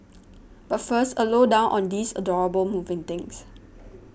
but first a low down on these adorable moving things